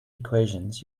equations